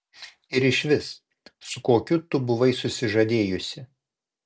ir išvis su kokiu tu buvai susižadėjusi